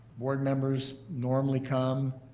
board members normally come.